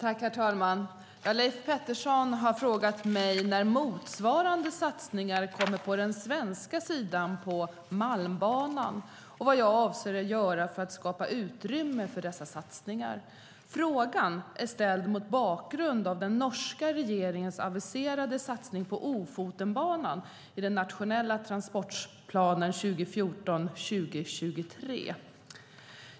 Herr talman! Leif Pettersson har frågat mig när motsvarande satsningar kommer på den svenska sidan på Malmbanan och vad jag avser att göra för att skapa utrymme för dessa satsningar. Frågan är ställd mot bakgrund av den norska regeringens aviserade satsning på Ofotenbanan i den nationella transportplanen 2014-2023.